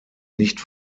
nicht